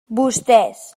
vostès